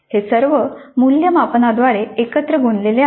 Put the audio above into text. हे सर्व मूल्यमापना द्वारे एकत्र गोंदलेले आहेत